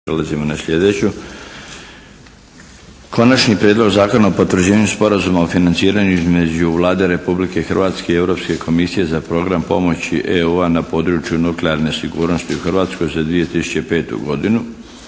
Prelazimo na sljedeću 8. Prijedlog Zakona o potvrđivanju Sporazuma o financiranju između Vlade Republike Hrvatske i Europske komisije za program pomoći EU na području nuklearne sigurnosti u Hrvatskoj za 2005. godinu,